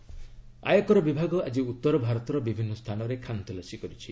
IT raid ଆୟକର ବିଭାଗ ଆଜି ଉତ୍ତର ଭାରତର ବିଭିନ୍ନ ସ୍ଥାନରେ ଖାନତଲାସି କରିଛି